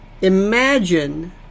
imagine